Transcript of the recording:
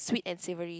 sweet and savory